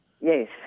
Yes